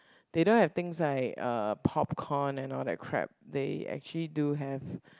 they don't have things like uh popcorn and all that crap they actually do have